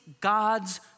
God's